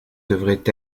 devaient